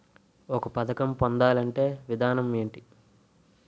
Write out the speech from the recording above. ఒక పథకం పొందాలంటే విధానం ఏంటి?